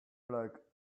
like